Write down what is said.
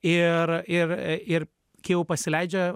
ir ir ir kai jau pasileidžia